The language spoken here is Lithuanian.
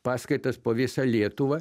paskaitas po visą lietuvą